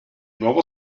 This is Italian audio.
nuovo